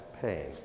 pain